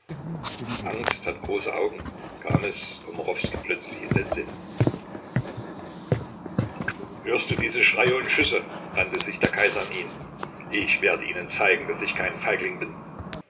angst hat große augen kam es komarowskij plötzlich in den sinn hörst du diese schreie und schüsse wandte sich der kaiser an ihn ich werde ihnen zeigen daß ich kein feigling bin